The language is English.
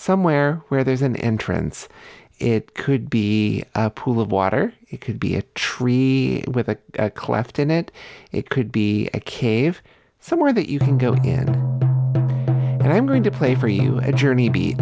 somewhere where there's an entrance it could be a pool of water it could be a tree with a cleft in it it could be a cave somewhere that you can go in and i'm going to play for a journey